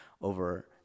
over